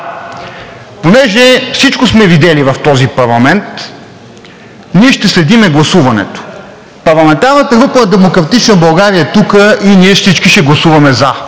понеже всичко сме видели в този парламент, ние ще следим гласуването. Парламентарната група на „Демократична България“ е тук и ние всички ще гласуваме „за“.